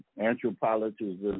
anthropologists